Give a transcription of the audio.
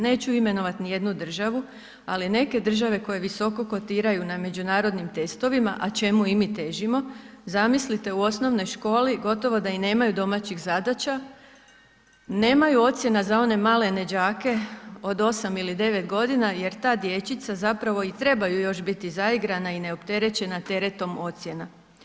Neću imenovati ni jednu državu, ali neke države koje visoko kotiraju na međunarodnim testovima, a čemu i mi težimo, zamislite u osnovnoj školi gotovo da i nemaju domaćih zadaća, nemaju ocjena za one malene đake od 8 ili 9 godina jer ta dječica zapravo i trebaju još biti zaigrana i neopterećena teretom ocjena.